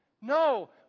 No